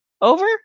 over